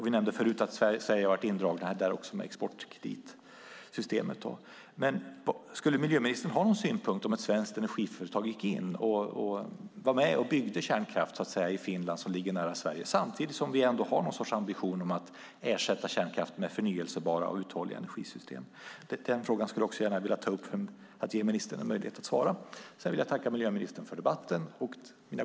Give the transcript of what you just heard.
Vi nämnde förut att Sverige också har varit indraget i det genom exportkreditsystemet. Skulle miljöministern ha någon synpunkt på om ett svenskt energiföretag var med och byggde kärnkraft i Finland, som ligger nära Sverige, samtidigt som vi har någon sorts ambition att ersätta kärnkraften med förnybara och uthålliga energisystem? Den frågan skulle jag också gärna vilja ta upp för att ge ministern en möjlighet att svara.